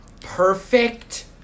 Perfect